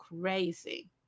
crazy